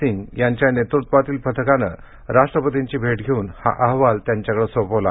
सिंग यांच्या नेतृत्वातील पथकानं आज राष्ट्रपतींची भेट घेऊन हा अहवाल त्यांच्याकडे सोपवला